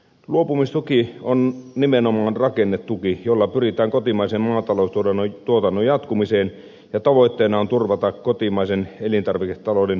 luopumistuki on nimenomaan rakennetuki jolla pyritään kotimaisen maataloustuotannon jatkumiseen ja tavoitteena on turvata kotimaisen elintarviketalouden hyvinvointi maassamme